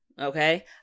okay